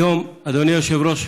היום, אדוני היושב-ראש,